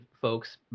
folks